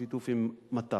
בשיתוף עם מט"ח,